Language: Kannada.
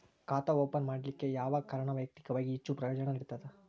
ಖಾತಾ ಓಪನ್ ಮಾಡಲಿಕ್ಕೆ ಯಾವ ಕಾರಣ ವೈಯಕ್ತಿಕವಾಗಿ ಹೆಚ್ಚು ಪ್ರಯೋಜನ ನೇಡತದ?